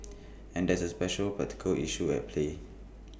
and there is special practical issue at play